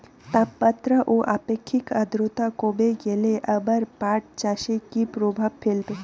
তাপমাত্রা ও আপেক্ষিক আদ্রর্তা কমে গেলে আমার পাট চাষে কী প্রভাব ফেলবে?